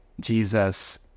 Jesus